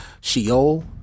Sheol